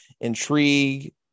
intrigue